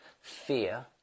Fear